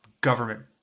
government